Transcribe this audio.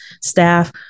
staff